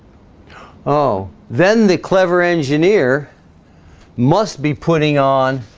oh, then the clever engineer must be putting on